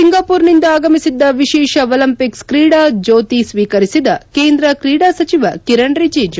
ಸಿಂಗಾಪುರ್ನಿಂದ ಆಗಮಿಸಿದ್ದ ವಿಶೇಷ ಒಲಿಂಪಿಕ್ಸ್ ಕ್ರೀಡಾ ಜ್ಯೋತಿ ಸ್ವೀಕರಿಸಿದ ಕೇಂದ್ರ ಕ್ರೀಡಾ ಸಚಿವ ಕಿರಣ್ ರಿಜಿಜು